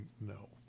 no